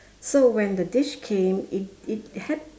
so when the dish came it it had